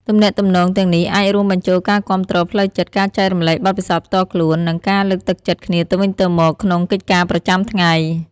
ទំនាក់ទំនងទាំងនេះអាចរួមបញ្ចូលការគាំទ្រផ្លូវចិត្ត ការចែករំលែកបទពិសោធន៍ផ្ទាល់ខ្លួន និងការលើកទឹកចិត្តគ្នាទៅវិញទៅមកក្នុងកិច្ចការប្រចាំថ្ងៃ។